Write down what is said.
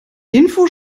info